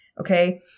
Okay